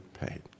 paid